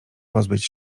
pozbyć